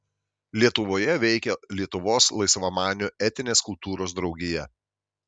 lietuvoje veikė lietuvos laisvamanių etinės kultūros draugija